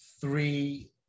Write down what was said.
three